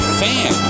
fan